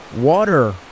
water